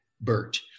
Bert